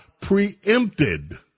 preempted